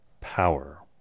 power